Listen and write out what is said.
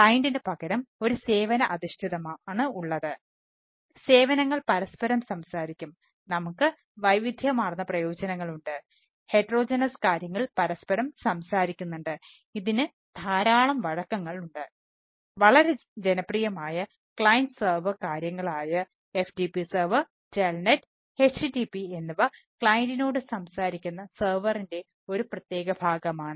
പകരം നമ്മുടെ ക്ലാസിക്കൽ ഒരു പ്രത്യേക ഭാഗമാണ്